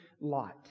Lot